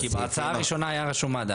כי בהצעה הראשונה היה רשום מד"א.